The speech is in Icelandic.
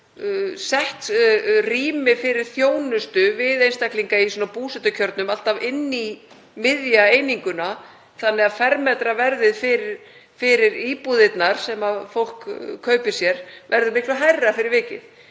sett rými fyrir þjónustu við einstaklinga í búsetukjörnum alltaf inn í miðja eininguna þannig að fermetraverðið fyrir íbúðirnar sem fólk kaupir sér verður miklu hærra fyrir vikið